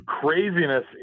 Craziness